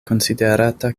konsiderata